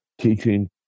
teaching